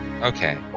Okay